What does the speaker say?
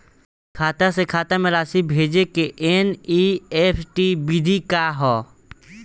खाता से खाता में राशि भेजे के एन.ई.एफ.टी विधि का ह?